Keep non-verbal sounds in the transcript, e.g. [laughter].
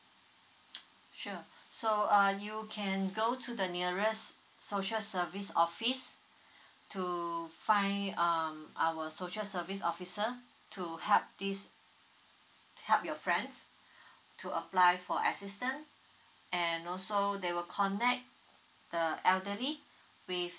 [noise] sure so uh you can go to the nearest social service office to find um our social service officer to help this help your friend to apply for assistance and also they will connect the elderly with